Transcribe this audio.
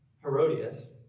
Herodias